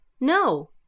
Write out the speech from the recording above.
No